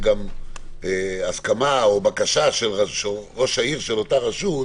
זה גם הסכמה או בקשה של ראש העיר של אותה רשות,